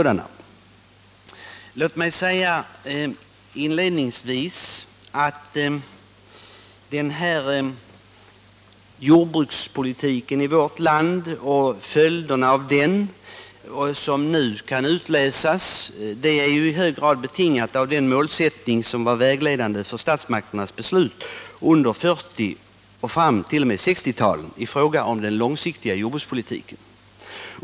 Den jordbrukspolitik som förts i vårt land och de följder av den som nu kan utläsas är i hög grad betingade av den målsättning som varit vägledande för statsmakternas beslut från 1940 fram till 1960-talet i fråga om den långsiktiga jordbrukspolitiken.